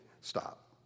stop